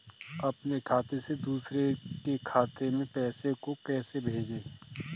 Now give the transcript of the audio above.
अपने खाते से दूसरे के खाते में पैसे को कैसे भेजे?